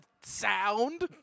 sound